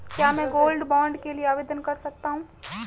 क्या मैं gold bond के लिए आवेदन कर सकता हूं?